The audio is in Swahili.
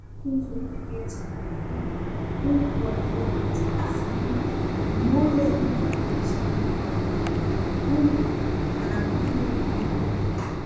Wanafunzi wenye vyeti mikononi. Huku wakiwa wametabasamu. Mmoja akiwa ameshikilia mwavuli, huku wanafunzi wengine